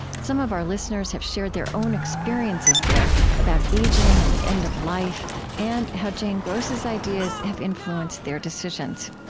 some of our listeners have shared their own experiences there about aging and the end of life and how jane gross's ideas have influenced their decisions.